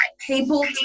People